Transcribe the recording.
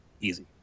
Easy